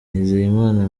nizeyimana